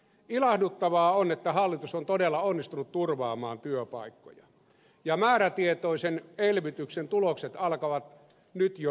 ilahduttavaa on että hallitus on todella onnistunut turvaamaan työpaikkoja ja määrätietoisen elvytyksen tulokset alkavat nyt jo näkyä